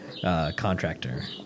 contractor